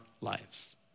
lives